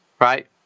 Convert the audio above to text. right